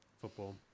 football